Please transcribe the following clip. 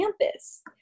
campus